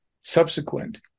subsequent